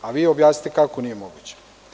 A vi objasnite kako nije moguće?